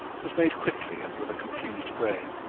was made quickly, and with a confused brain.